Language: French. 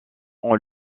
ont